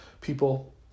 people